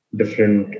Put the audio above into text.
different